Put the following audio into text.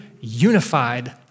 unified